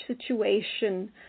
situation